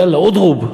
יאללה אודרוב.